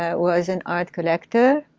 ah was an art collector.